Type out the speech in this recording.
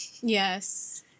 Yes